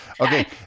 okay